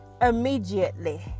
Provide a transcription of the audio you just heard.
immediately